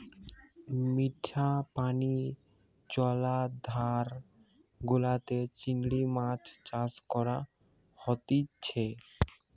মিঠা পানি জলাধার গুলাতে চিংড়ি মাছ চাষ করা হতিছে